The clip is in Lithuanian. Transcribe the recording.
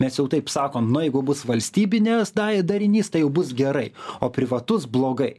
nes jau taip sakom nu jeigu bus valstybinės dai darinys tai jau bus gerai o privatus blogai